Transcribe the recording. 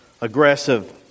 aggressive